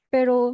Pero